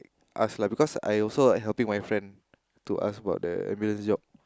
ask lah because I also like helping my friend to ask about the available job